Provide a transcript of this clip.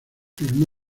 filmó